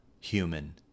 human